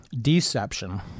deception